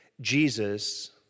Jesus